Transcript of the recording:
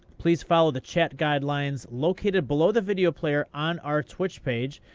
please follow the chat guidelines located below the video player on our twitch page.